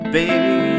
Baby